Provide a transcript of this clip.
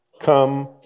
come